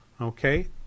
Okay